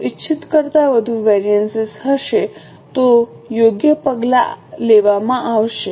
જો ઇચ્છિત કરતા વધુ વેરિએન્સ હશે તો યોગ્ય પગલા લેવામાં આવશે